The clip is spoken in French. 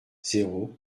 zéro